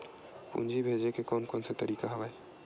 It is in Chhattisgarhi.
पूंजी भेजे के कोन कोन से तरीका हवय?